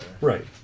Right